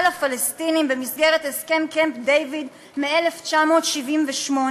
לפלסטינים במסגרת הסכם קמפ-דייוויד מ-1978,